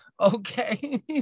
Okay